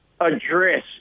address